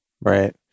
Right